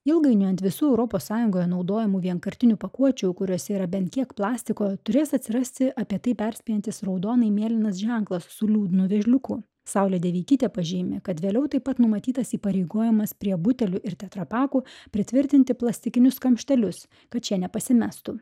ilgainiui ant visų europos sąjungoje naudojamų vienkartinių pakuočių kuriose yra bent tiek plastiko turės atsirasti apie tai perspėjantis raudonai mėlynas ženklas su liūdnu vėžliukų saulė deveikytė pažymi kad vėliau taip pat numatytas įpareigojimas prie butelių ir teatrapakų pritvirtinti plastikinius kamštelius kad šie nepasimestų